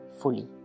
fully